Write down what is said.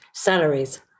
salaries